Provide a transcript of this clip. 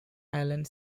island